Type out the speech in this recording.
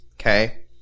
okay